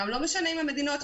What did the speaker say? לא משנה מה צבע המדינה.